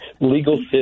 legal